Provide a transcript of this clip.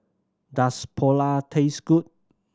does Pulao taste good